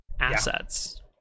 assets